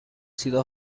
sido